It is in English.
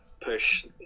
push